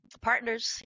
partners